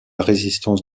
résistance